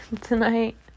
tonight